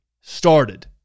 started